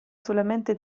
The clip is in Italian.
solamente